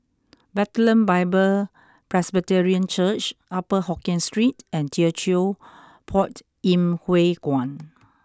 Bethlehem Bible Presbyterian Church Upper Hokkien Street and Teochew Poit Ip Huay Kuan